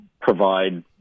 provide